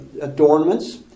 adornments